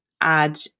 add